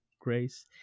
Grace